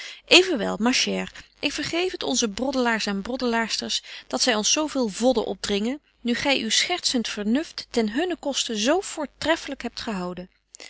evenwel ma chere ik vergeef het onze broddelaars en broddelaarsters dat zy ons zo veel vodden opdringen nu gy uw schertzent vernuft ten hunnen koste zo voortreffelyk hebt bezig gehouden